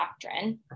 doctrine